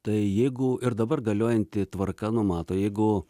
tai jeigu ir dabar galiojanti tvarka numato jeigu